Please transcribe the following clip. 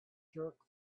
jerk